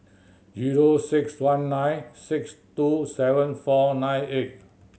zero six one nine six two seven four nine eight